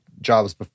jobs